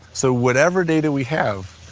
so whatever data we have,